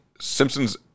Simpsons